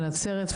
בנצרת,